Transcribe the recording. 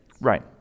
right